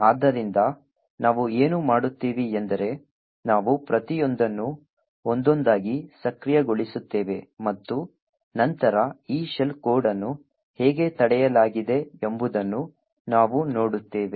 ಆದ್ದರಿಂದ ನಾವು ಏನು ಮಾಡುತ್ತೇವೆ ಎಂದರೆ ನಾವು ಪ್ರತಿಯೊಂದನ್ನು ಒಂದೊಂದಾಗಿ ಸಕ್ರಿಯಗೊಳಿಸುತ್ತೇವೆ ಮತ್ತು ನಂತರ ಈ ಶೆಲ್ ಕೋಡ್ ಅನ್ನು ಹೇಗೆ ತಡೆಯಲಾಗಿದೆ ಎಂಬುದನ್ನು ನಾವು ನೋಡುತ್ತೇವೆ